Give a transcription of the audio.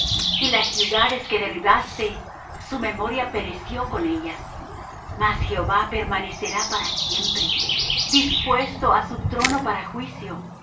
y las ciudades que derribaste su memoria pereció con ellas mas jehová permanecerá para siempre dispuesto ha su trono para juicio